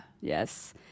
Yes